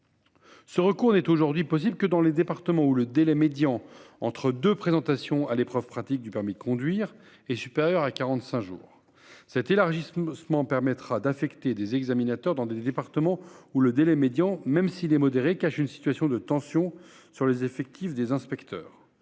Ce recours n'est aujourd'hui possible que dans les départements où le délai médian entre deux présentations à l'épreuve pratique du permis de conduire est supérieur à quarante-cinq jours. Cet élargissement permettra d'affecter des examinateurs dans des départements où le délai médian, même s'il est modéré, cache une situation de tension sur les effectifs des inspecteurs.